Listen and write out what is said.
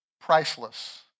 priceless